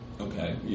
Okay